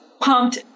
pumped